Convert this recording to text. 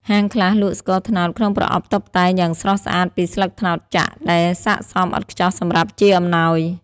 ហាងខ្លះលក់ស្ករត្នោតក្នុងប្រអប់តុបតែងយ៉ាងស្រស់ស្អាតពីស្លឹកត្នោតចាក់ ដែលសាកសមឥតខ្ចោះសម្រាប់ជាអំណោយ។